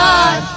God